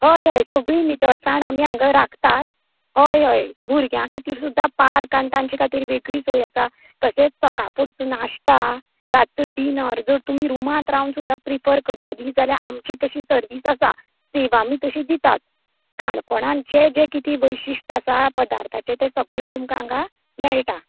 होय होय सगळीं नितळसाण आमी हांगां राखतात होय होय भुरग्यांक खातीर सुद्दां पार्क आनी तांचे खातीर वेगळी सोय आसा तशेंच सकाळ पुरतो नाश्ता रातचो डिनर जर तुमी रुमांत रावन सुद्दां प्रिफर करतलीं जाल्यार आमची तशी सर्वीस आसा सेवा आमी तशी दितात काणकोणान जें जें कितें वैशिश्ट आसा पदार्थाचें तें तुमका हांगां मेळटा